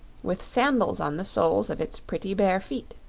with sandals on the soles of its pretty bare feet.